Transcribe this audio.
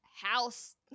house